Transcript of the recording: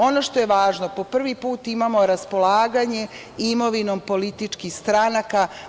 Ono što je važno, po prvi put imamo raspolaganje imovinom političkih stranaka.